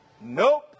Nope